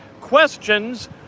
Questions